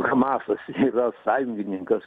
masas yra sąjungininkas